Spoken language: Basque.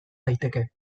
daiteke